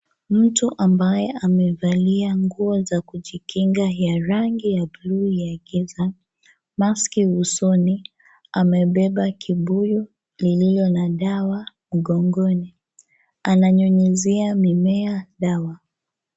Mtu ambaye amevalia nguo za kujikinga ya rangi ya buluu ya giza, maski usoni amebeba kibuyu iliyo na dawa mgongoni. Ananyunyizia mimea dawa.